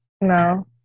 No